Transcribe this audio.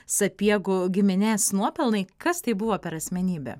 sapiegų giminės nuopelnai kas tai buvo per asmenybė